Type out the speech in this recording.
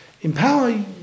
empower